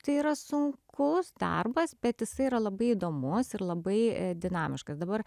tai yra sunkus darbas bet jisai yra labai įdomus ir labai dinamiškas dabar